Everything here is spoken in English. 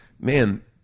man